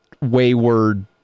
wayward